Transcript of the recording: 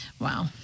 wow